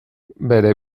bere